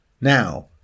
Now